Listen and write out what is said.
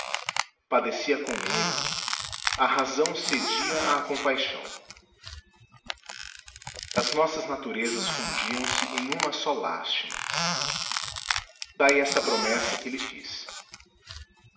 padecia com ele a razão cedia à compaixão as nossas naturezas fundiam se em uma só lástima daí esta promessa que lhe fiz